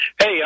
Hey